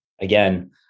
again